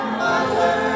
mother